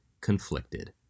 Conflicted